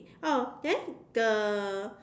oh then the